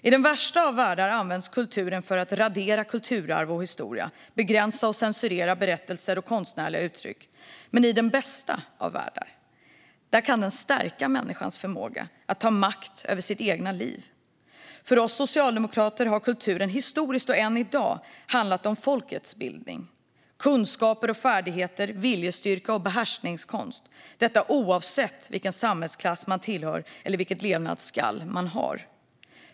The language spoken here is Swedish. I den värsta av världar används kulturen för att radera kulturarv och historia och för att begränsa och censurera berättelser och konstnärliga uttryck. Men i den bästa av världar kan den stärka människans förmåga att ta makt över sitt eget liv. För oss socialdemokrater har kulturen historiskt handlat om, och gör det än i dag, folkets bildning - kunskaper och färdigheter, viljestyrka och behärskningskonst, detta oavsett vilken samhällsklass man tillhör eller vilket levnadskall man har.